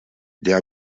der